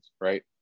right